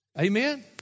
Amen